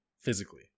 physically